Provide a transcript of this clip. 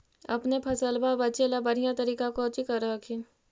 अपने फसलबा बचे ला बढ़िया तरीका कौची कर हखिन?